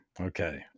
Okay